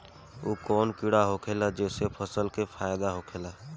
उ कौन कीड़ा होखेला जेसे फसल के फ़ायदा होखे ला?